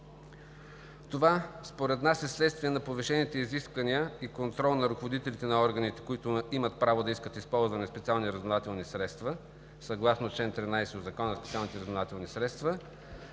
Това според нас е следствие на повишените изисквания и контрол на ръководителите на органите, които имат право да искат използване на специални разузнавателни средства съгласно чл. 13 от Закона за специалните разузнавателни средства,